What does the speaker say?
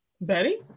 Betty